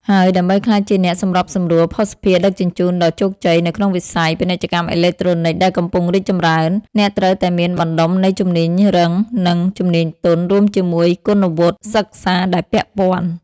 ហើយដើម្បីក្លាយជាអ្នកសម្របសម្រួលភស្តុភារដឹកជញ្ជូនដ៏ជោគជ័យនៅក្នុងវិស័យ ពាណិជ្ជកម្មអេឡិចត្រូនិកដែលកំពុងរីកចម្រើន អ្នកត្រូវតែមានបណ្តុំនៃជំនាញរឹងនិងជំនាញទន់ រួមជាមួយគុណវុឌ្ឍិសិក្សាដែលពាក់ព័ន្ធ។